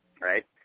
right